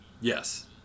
yes